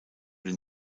den